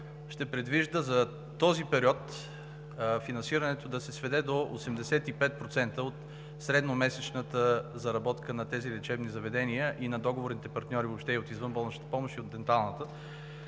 ще предвижда за този период финансирането да се сведе до 85% от средномесечната заработка на тези лечебни заведения и на договорните партньори въобще и от извънболничната помощ, и от денталната.